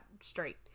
straight